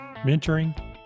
mentoring